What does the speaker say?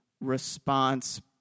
response